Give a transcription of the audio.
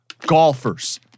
golfers